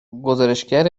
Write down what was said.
گزارشگر